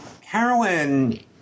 heroin